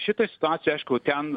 šitoj situacijoj aišku ten